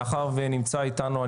מאחר ונמצא איתנו,